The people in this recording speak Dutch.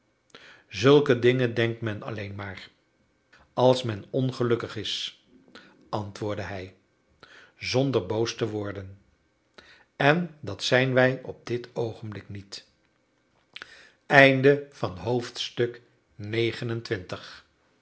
zulke dingen denkt men alleen maar als men ongelukkig is antwoordde hij zonder boos te worden en dat zijn wij op dit oogenblik niet xxx